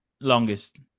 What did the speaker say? Longest